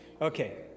Okay